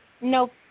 Nope